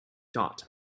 dot